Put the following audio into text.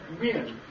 win